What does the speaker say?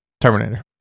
Terminator